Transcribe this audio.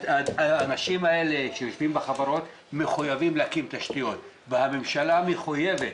האנשים האלה שיושבים בחברות מחויבים להקים תשתיות והממשלה מחויבת.